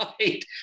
right